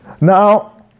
Now